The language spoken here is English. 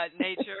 Nature